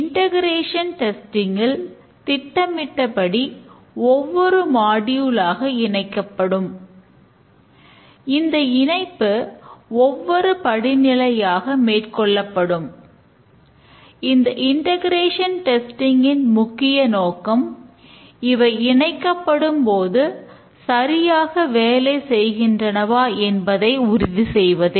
integration testing ன் முக்கிய நோக்கம் அவை இணைக்கப்படும் போது சரியாக வேலை செய்கின்றனவா என்பதை உறுதி செய்வதே